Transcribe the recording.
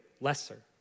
lesser